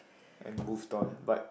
and moved on but